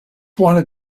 wanted